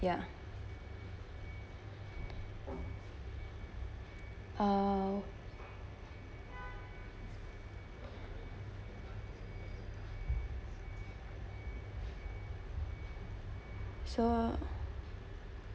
ya uh so